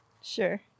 Sure